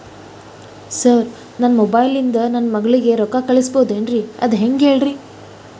sir ನನ್ನ mobile ಇಂದ ನನ್ನ ಮಗಳಿಗೆ ರೊಕ್ಕಾ ಕಳಿಸಬಹುದೇನ್ರಿ ಅದು ಹೆಂಗ್ ಹೇಳ್ರಿ